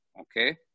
Okay